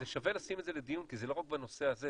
שווה לשים את זה לדיון כי זה לא רק בנושא הזה,